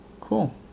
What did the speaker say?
Cool